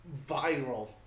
viral